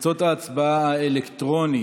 תוצאות ההצבעה האלקטרונית: